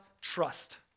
trust